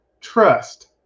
trust